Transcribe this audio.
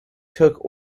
took